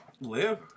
live